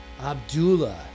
Abdullah